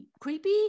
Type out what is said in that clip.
creepy